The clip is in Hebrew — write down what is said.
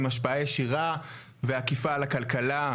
עם השפעה ישירה ואכיפה על הכלכלה,